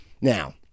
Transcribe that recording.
Now